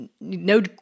no